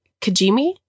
kajimi